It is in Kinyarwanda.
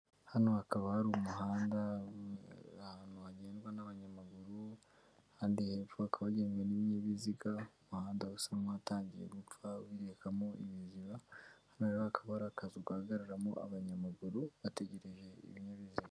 Hano hakaba hari umuhanda, ahantu hagendwa n'abanyamaguru, ahandi hepfo hakaba hagendwa n'ibinyabiziga, umuhanda usa nk'uwatangiye gupfa wirekamo ibiziba, hano hakaba hari akazu gahagaragaramo abanyamaguru bategereje ibinyabiziga.